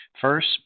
First